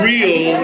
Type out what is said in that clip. Real